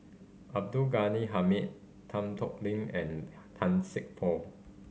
Abdul Ghani Hamid Tan Tho Lin and Tan Poh